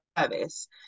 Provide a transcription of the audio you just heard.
service